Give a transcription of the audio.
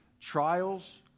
Trials